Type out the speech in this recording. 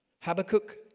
Habakkuk